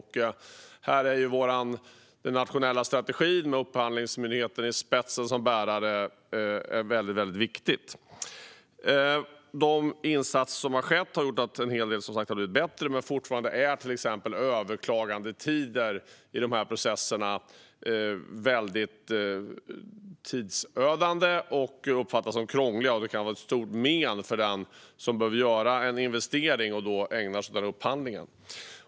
Här är den nationella strategin, med Upphandlingsmyndigheten i spetsen, väldigt viktig. De insatser som har gjorts har gjort att en hel del har blivit bättre, men fortfarande är till exempel överklagandeprocesser väldigt tidsödande, och de uppfattas som krångliga. Det kan vara till stort men för den som behöver göra en investering och som ägnar sig åt den upphandlingen.